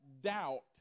doubt